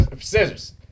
Scissors